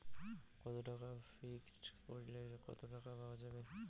কত টাকা ফিক্সড করিলে কত টাকা পাওয়া যাবে?